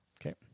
Okay